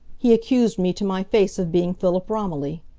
he accused me to my face of being philip romilly.